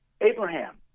Abraham